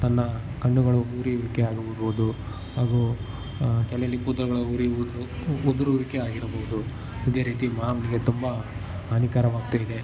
ತನ್ನ ಕಣ್ಣುಗಳು ಉರಿಯುವಿಕೆ ಆಗುವುದು ದು ಹಾಗೂ ತಲೇಲಿ ಕೂದಲುಗಳು ಉರಿಯುವುದು ಉದುರುವಿಕೆ ಆಗಿರ್ಬೋದು ಇದೇ ರೀತಿ ಮಾನವನಿಗೆ ತುಂಬ ಹಾನಿಕಾರವಾಗ್ತಾ ಇದೆ